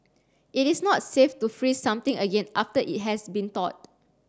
it is not safe to freeze something again after it has been thawed